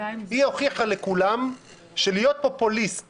היא הוכיחה לכולם שלהיות פופוליסט